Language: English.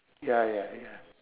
ya ya ya